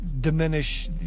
diminish